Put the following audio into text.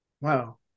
Wow